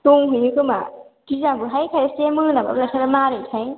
दंहैयो खोमा गियाबोहाय खायसे मोनाबाबो लायथारो मारैथाय